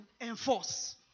enforce